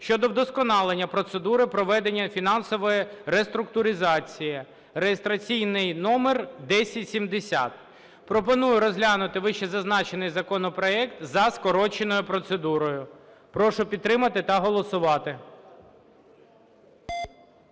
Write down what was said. щодо вдосконалення процедури проведення фінансової реструктуризації (реєстраційний номер 1070). Пропоную розглянути вищезазначений законопроект за скороченою процедурою. Прошу підтримати та голосувати.